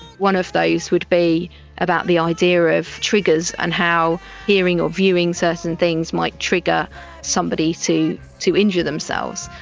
one of those would be about the idea of triggers and how hearing or viewing certain things might trigger somebody to to injure themselves.